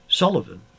Sullivan